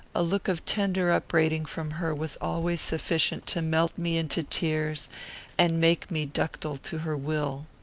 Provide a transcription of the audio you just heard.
a look of tender upbraiding from her was always sufficient to melt me into tears and make me ductile to her will.